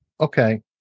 okay